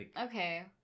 okay